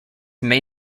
may